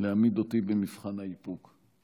להעמיד אותי במבחן האיפוק.